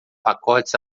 pacotes